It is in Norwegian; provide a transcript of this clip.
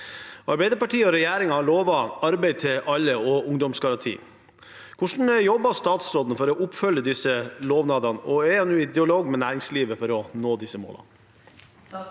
Arbeiderpartiet og regjeringen har lovet «arbeid til alle og ungdomsgaranti». Hvordan jobber statsråden for å oppfylle disse lovnadene, og har hun dialog med næringslivet om dette?»